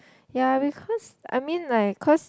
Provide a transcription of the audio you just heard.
ya because I mean like cause